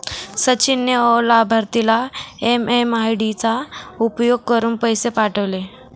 सचिन ने अलाभार्थीला एम.एम.आय.डी चा उपयोग करुन पैसे पाठवले